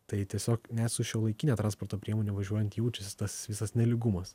tai tiesiog net su šiuolaikine transporto priemone važiuojant jaučiasi tas visas nelygumas